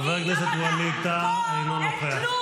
חבר הכנסת ווליד טאהא, אינו נוכח,